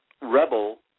rebel